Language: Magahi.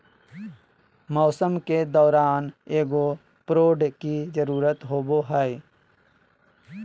मौसम के दौरान एगो प्रोड की जरुरत होबो हइ